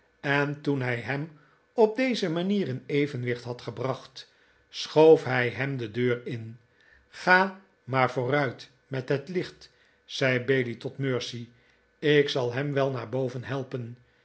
en toen hij hem op deze manier in evenwicht had gebracht schoof hij hem de deur in ga maar vooruit met het licht zei bailey tot mercy ik zal hem wel naar boven helpen